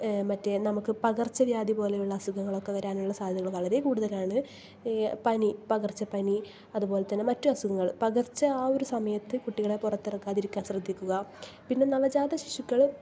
മറ്റേ നമ്മുടെ പകർച്ച വ്യാധി പോലെയുള്ള അസുഖങ്ങൾ വരാനുള്ള സാദ്ധ്യത വളരെ കൂടുതലാണ് ഈ പനി പകർച്ചപ്പനി അതുപോലെ തന്നെ മറ്റസുഖങ്ങൾ പകർച്ച ആ ഒരു സമയത്ത് കുട്ടികളെ പുറത്തിറക്കാതിരിക്കാൻ ശ്രദ്ധിക്കുക പിന്നെ നവജാത ശിശുക്കൾ